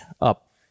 Up